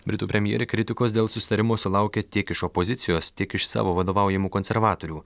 britų premjerė kritikos dėl susitarimo sulaukė tiek iš opozicijos tiek iš savo vadovaujamų konservatorių